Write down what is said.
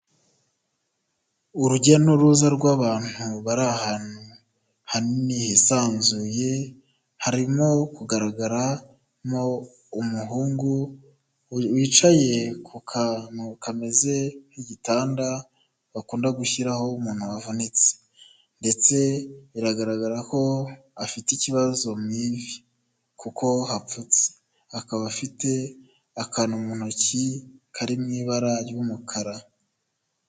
Urujya n'uruza rw'abantu bari ahantu hanini hisanzuye, harimo kugaragaramo umuhungu wicaye ku kantu kameze nk'igitanda bakunda gushyiraho umuntu wavunitse, ndetse biragaragara ko afite ikibazo mu ivi kuko hapfutse, akaba afite akantu mu ntoki kari mu ibara ry'umukara.